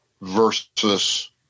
versus